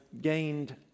gained